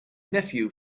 nephew